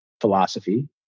philosophy